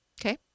Okay